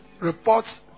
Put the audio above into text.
reports